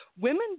women